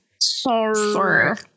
Sorry